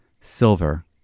Silver